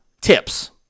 tips